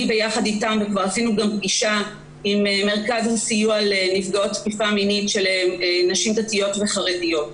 קיימנו פגישה עם מרכז סיוע לנפגעות תקיפה מינית של נשים דתיות וחרדיות,